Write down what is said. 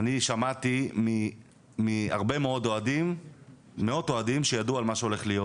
אני שמעתי ממאות אוהדים שידעו על מה שהולך להיות.